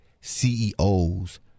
CEOs